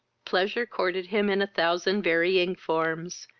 pleasure courted him in a thousand varying forms,